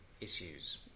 issues